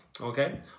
okay